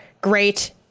great